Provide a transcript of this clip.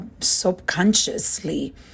subconsciously